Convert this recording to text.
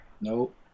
Nope